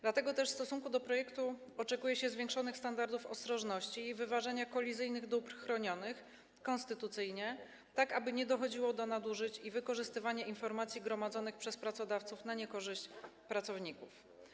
Dlatego też w wypadku tego projektu oczekuje się zwiększonych standardów ostrożności i wyważenia kolizyjnych dóbr chronionych konstytucyjnie, tak aby nie dochodziło do nadużyć i wykorzystywania informacji gromadzonych przez pracodawców na niekorzyść pracowników.